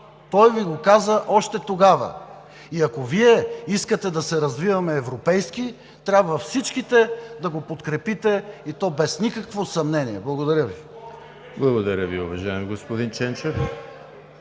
Той Ви го каза още тогава. И ако Вие искате да се развиваме европейски, трябва всичките да го подкрепите, и то без никакво съмнение. Благодаря Ви. ПРЕДСЕДАТЕЛ ЕМИЛ ХРИСТОВ: Благодаря Ви, уважаеми господин Ченчев.